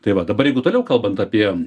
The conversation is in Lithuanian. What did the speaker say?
tai va dabar jeigu toliau kalbant apie